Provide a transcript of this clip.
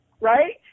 Right